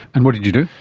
and what did you do?